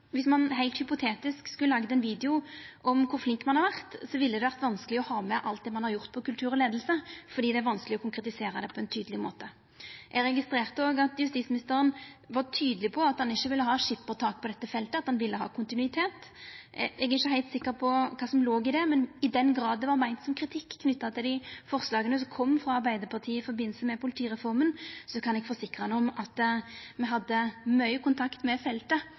viss ein heilt hypotetisk skulle ha laga ein video om kor flink ein har vore, ville det ha vore vanskeleg å ha med alt ein har gjort når det gjeld kultur og leiing, fordi det er vanskeleg å konkretisera det på ein tydeleg måte. Eg registrerte òg at justisministeren var tydeleg på at han ikkje ville ha skippertak på dette feltet, at han ville ha kontinuitet. Eg er ikkje heilt sikker på kva som låg i det, men i den grad det var meint som kritikk knytt til dei forslaga som kom frå Arbeidarpartiet i samband med politireforma, kan eg forsikra han om at me systematisk hadde mykje kontakt med feltet